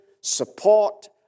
support